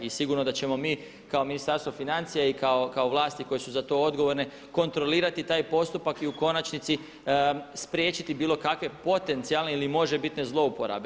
I sigurno da ćemo mi kao Ministarstvo financija i kao vlasti koje su za to odgovorne kontrolirati taj postupak i u konačnici spriječiti bilo kakve potencijalne ili možebitne zlouporabe.